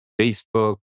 Facebook